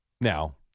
Now